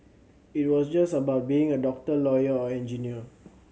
it was just about being a doctor lawyer or engineer